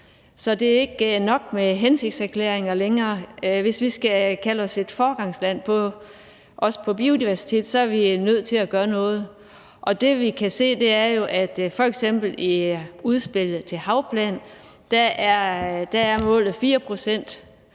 så det er ikke nok med hensigtserklæringer længere. Hvis vi også skal kalde os et foregangsland med hensyn til biodiversitet, er vi nødt til at gøre noget, og det, vi kan se, er jo, at f.eks. i udspillet til en havplan er målet 4